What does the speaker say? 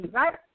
right